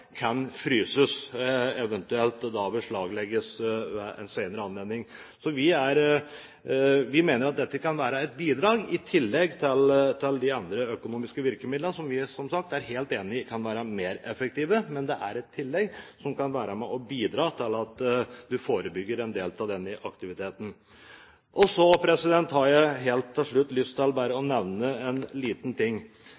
kan fryses, eventuelt beslaglegges ved en senere anledning. Vi mener at dette kan være et bidrag, i tillegg til de andre økonomiske virkemidlene, som vi – som sagt – er helt enige i kan være mer effektive, men det er et tillegg som kan være med på å bidra til at en forebygger slike handlinger. Og så har jeg helt til slutt lyst til bare å